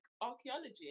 archaeology